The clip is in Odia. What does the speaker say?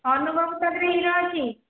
ଅନୁଭବ ସେଥିରେ ହିରୋ ଅଛି